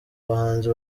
bahanzi